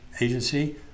agency